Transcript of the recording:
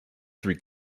three